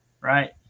right